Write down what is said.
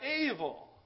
evil